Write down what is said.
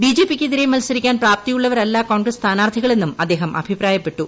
B J P ക്കെതിരെ മത്സരിക്കാൻ പ്രാപ്തിയുള്ളവരല്ല കോൺഗ്രസ് സ്ഥാനാർത്ഥികളെന്നും അദ്ദേഹം അഭിപ്രായപ്പെട്ടു